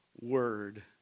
word